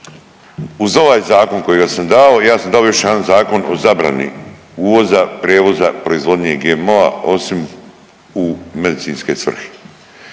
uz ovaj zakon kojega sam dao ja sam dao još jedan zakon o zabrani uvoza, prijevoza, proizvodnje GMO-a osim u medicinske svrhe.